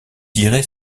dirai